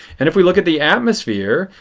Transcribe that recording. and if we look at the atmosphere,